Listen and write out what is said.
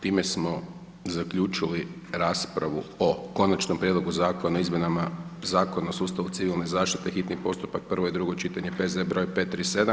Time smo zaključili raspravu o Konačnom prijedlogu Zakona o izmjenama Zakona o sustavu civilne zaštite, hitni postupak, prvo i drugo čitanje, P.Z. br. 537.